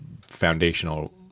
foundational